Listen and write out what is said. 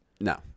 No